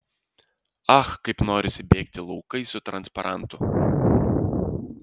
ach kaip norisi bėgti laukais su transparantu